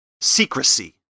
secrecy